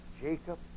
Jacob